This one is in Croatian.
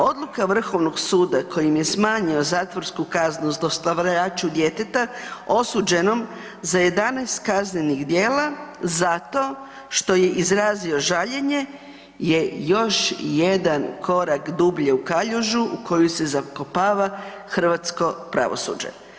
Odluka Vrhovnog suda kojim je smanjio zatvorsku kaznu zlostavljaču djeteta osuđenom za 11 kaznenih djela, zato što je izrazio žaljenje je još jedna korak dublje u kaljužu u koju se zakopava hrvatsko pravosuđe.